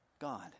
God